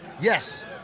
Yes